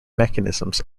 mechanisms